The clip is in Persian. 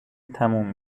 تموم